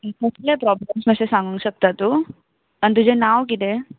कसले प्रोब्लम अशें सांगूंक शकता तूं आनी तुजें नांव कितें